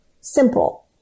simple